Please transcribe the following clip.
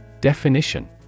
Definition